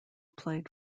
played